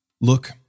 Look